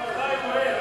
אבל יש לו מיטה במטוס.